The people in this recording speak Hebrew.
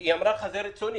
היא אמרה שזה לפי רצון,